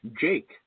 Jake